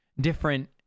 different